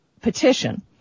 petition